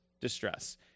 distress